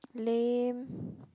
lame